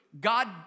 God